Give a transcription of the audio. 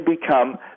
become